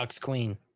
queen